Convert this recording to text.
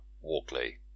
walkley